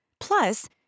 Plus